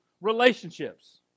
relationships